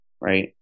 right